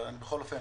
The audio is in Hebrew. בכל אופן,